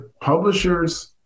Publishers